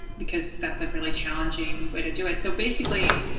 because that's a really challenging way to do it. so, basically,